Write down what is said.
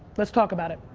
let's talk about it.